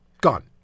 gone